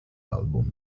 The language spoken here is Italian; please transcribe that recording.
album